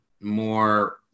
more –